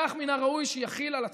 כך מן הראוי שיחיל על עצמו,